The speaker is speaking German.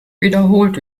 wiederholt